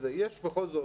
יש בכל זאת